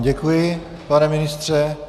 Děkuji, pane ministře.